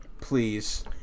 Please